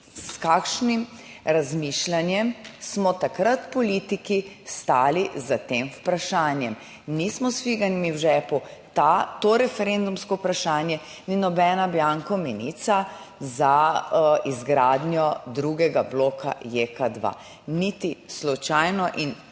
s kakšnim razmišljanjem smo takrat politiki stali za tem vprašanjem. Nismo s figami v žepu to referendumsko vprašanje ni nobena bianko menica za izgradnjo drugega bloka Jek2, niti slučajno in